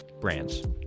brands